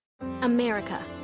America